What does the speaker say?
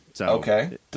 Okay